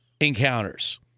encounters